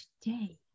today